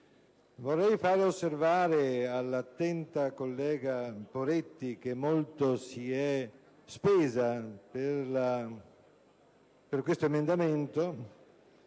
Vorrei far osservare all'attenta collega Poretti, che molto si è spesa per questo emendamento,